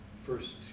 first